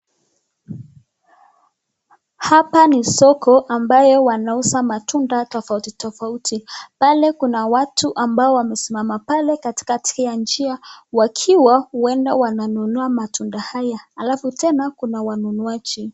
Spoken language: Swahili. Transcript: Hapa ni soko ambayo wanauza matunda tofauti tofauti. Pale kuna watu ambao wamesimama pale katikati ya njia wakiwa huenda wananunua matunda haya. Halafu tena kuna wanunuaji